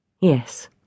Yes